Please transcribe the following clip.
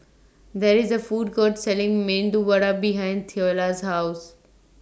There IS A Food Court Selling Medu Vada behind Theola's House